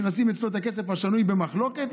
נשים אצלו את הכסף השנוי במחלוקת,